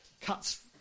Cuts